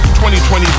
2020